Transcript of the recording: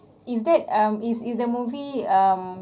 is that um is is the movie um